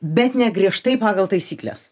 bet ne griežtai pagal taisykles